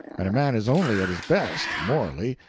and a man is only at his best, morally,